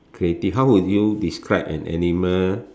creative how would you describe an animal